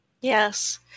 Yes